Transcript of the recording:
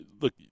look